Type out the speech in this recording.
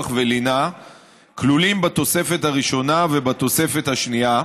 ולינה כלולים בתוספת הראשונה ובתוספת השנייה,